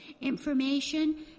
information